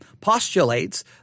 postulates